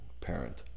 parent